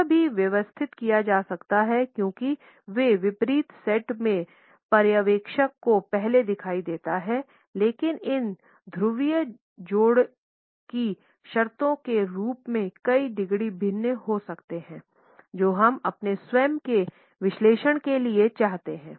यह भी व्यवस्थित किया जा सकता है क्योंकि वे विपरीत सेट में पर्यवेक्षक को पहले दिखाई देते हैं लेकिन इन ध्रुवीय जोड़े की शर्तों के रूप में कई डिग्री भिन्न हो सकते हैं जो हम अपने स्वयं के विश्लेषण के लिए चाहते हैं